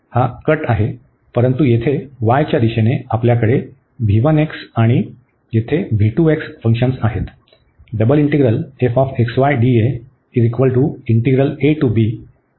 परंतु येथे y च्या दिशेने आपल्याकडे आणि तेथे फंक्शन्स आहेत